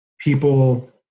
people